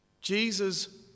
Jesus